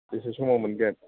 बेसे समाव मोनगोन